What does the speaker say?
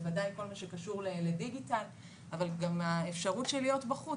בוודאי בכל מה שקשור לדיגיטל אבל גם האפשרות להיות בחוץ.